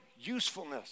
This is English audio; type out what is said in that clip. usefulness